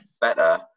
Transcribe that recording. better